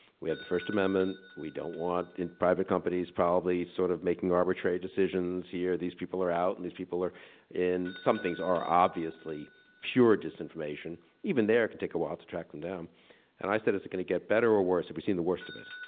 we had the first amendment. we don't want, and private companies probably, sort of making arbitrary decisions here, these people are out and these people are in. some things are obviously pure disinformation. even there it can take a while to track them down and i said, is it gonna get better or worse, have we seen the worst of it?